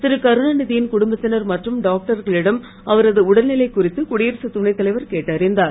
திருகருணாநிதியின் குடும்பத்தினர் மற்றும் டாக்டர்களிடம் அவரது உடல்நிலை குறித்து குடியரசு துணை தலைவர் கேட்டறிந்தார்